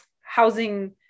housing